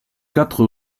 quatre